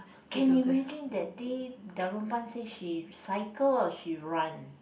can imagine that day Darunpan say she cycle or she run